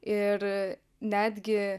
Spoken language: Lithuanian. ir netgi